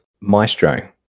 Maestro